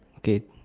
okay